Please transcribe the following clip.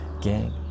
Gang